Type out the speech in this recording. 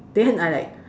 then I like